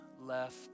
left